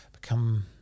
become